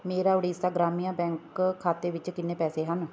ਮੇਰਾਂ Odisha Gramya bank ਖਾਤੇ ਵਿੱਚ ਕਿੰਨੇ ਪੈਸੇ ਹਨ